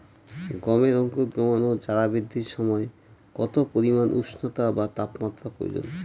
গমের অঙ্কুরোদগম ও চারা বৃদ্ধির সময় কত পরিমান উষ্ণতা বা তাপমাত্রা প্রয়োজন?